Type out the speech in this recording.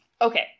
Okay